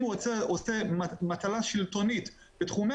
אם הוא עושה מטלה שלטונית בתחומי